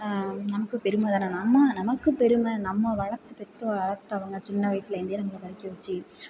நமக்கு பெருமை தானே நம்ம நமக்கு பெருமை நம்மை வளர்த்து பெற்று வளர்த்தவங்க சின்ன வயசில் இருந்து நம்மளை படிக்க வச்சு